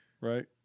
right